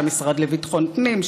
את המשרד לביטחון פנים,